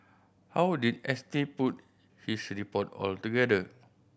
how would did S T put his report altogether